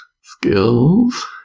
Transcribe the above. skills